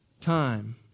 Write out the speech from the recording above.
Time